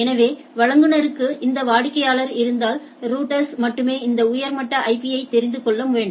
எனவே வழங்குநருக்கு இந்த வாடிக்கையாளர் இருந்தால் ரௌட்டர்ஸ்கள் மட்டுமே இந்த உயர் மட்ட ஐபியை தெரிந்து கொள்ள வேண்டும்